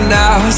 now